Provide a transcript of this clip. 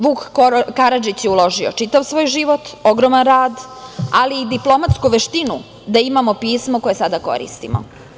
Vuk Karadžić je uložio čitav svoj život, ogroman rad, ali i diplomatsku veštinu da imamo pismo koje sada koristimo.